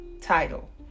title